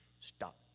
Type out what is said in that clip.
Stop